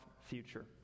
future